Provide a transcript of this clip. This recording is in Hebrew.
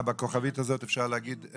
אה, בכוכבית הזאת אפשר לקבל את האינפורמציה?